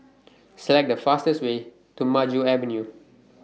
Select The fastest Way to Maju Avenue